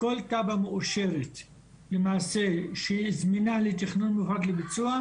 כל קרקע מאושרת למעשה, שהיא זמינה לתכנון ולביצוע,